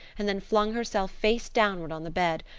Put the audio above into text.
and then flung herself face downward on the bed,